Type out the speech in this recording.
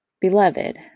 Beloved